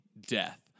death